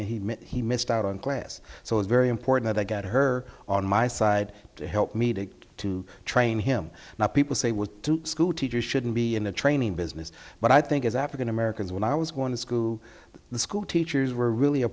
he missed out on class so it's very important i got her on my side to help me to to train him now people say with school teachers shouldn't be in the training business but i think as african americans when i was going to school the school teachers were really a